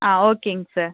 ஆ ஓகேங்க சார்